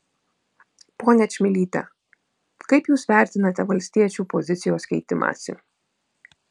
ponia čmilyte kaip jūs vertinate valstiečių pozicijos keitimąsi